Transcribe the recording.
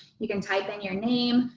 you can type in your name,